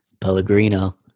Pellegrino